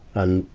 and,